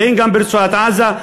והן ברצועת-עזה.